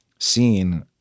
seen